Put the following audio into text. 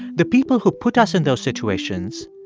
the people who put us in those situations,